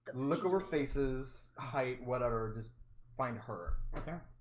look over faces height whatever just find her okay?